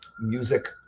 music